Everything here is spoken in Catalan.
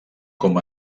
com